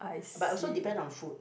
but also depend on food